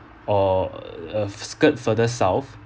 or uh skirt further south